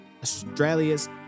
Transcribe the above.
Australia's